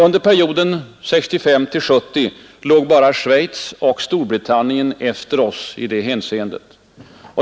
Under perioden 1965—1970 låg bara Schweiz och Storbritannien efter oss i det hänseendet.